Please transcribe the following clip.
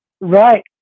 right